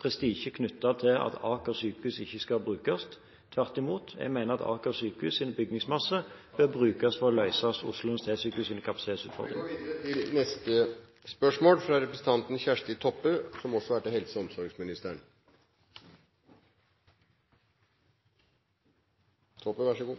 prestisje knyttet til at Aker sykehus ikke skal brukes. Tvert imot – jeg mener at Aker sykehus’ bygningsmasse bør brukes for å løse Oslo universitetssykehus’ kapasitetsutfordringer. «Helsedirektoratet har nyleg kome med sine tilrådingar for kosthald og fysisk aktivitet. Barn må ha minst éin time fysisk aktivitet kvar dag og